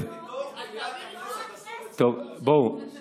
משפט אחד, וגם ככה,